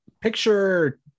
picture